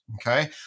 okay